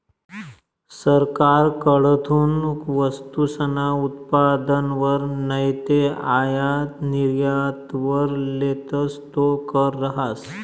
सरकारकडथून वस्तूसना उत्पादनवर नैते आयात निर्यातवर लेतस तो कर रहास